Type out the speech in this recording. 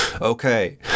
Okay